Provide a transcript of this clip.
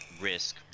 risk